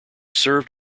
served